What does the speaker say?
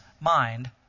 mind